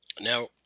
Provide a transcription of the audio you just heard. Now